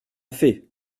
fait